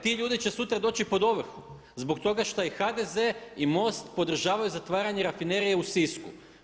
Ti ljudi će sutra doći pod ovrhu, zbog toga što i HDZ i MOST podržavaju zatvaranje Rafinerije u Sisku.